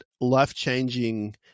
life-changing